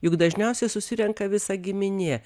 juk dažniausiai susirenka visa giminė